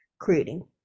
creating